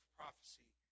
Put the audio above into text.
prophecy